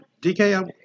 DK